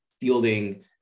fielding